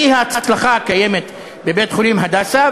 מהאי-הצלחה הקיימת בבית-חולים "הדסה",